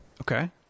okay